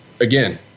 again